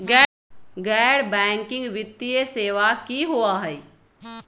गैर बैकिंग वित्तीय सेवा की होअ हई?